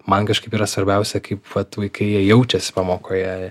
man kažkaip yra svarbiausia kaip vat vaikai jie jaučiasi pamokoje